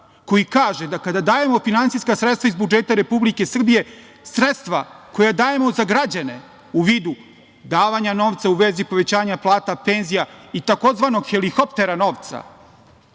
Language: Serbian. koji kaže da kada dajemo finansijska sredstva iz budžeta Republike Srbije, sredstva koja dajemo za građane u vidu davanja novca u vezi povećanja plata, penzija i takozvanog "helikoptera novca",